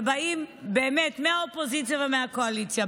שבאים באמת מהאופוזיציה ומהקואליציה,